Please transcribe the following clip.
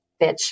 bitch